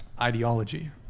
ideology